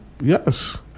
Yes